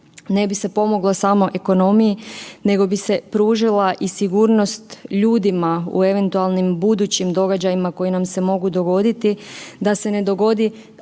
ne bi se pomoglo samo ekonomiji, nego bi se pružila i sigurnost ljudima u eventualnim budućim događajima koji nam se mogu dogoditi, da se ne dogodi